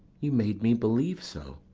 you made me believe so.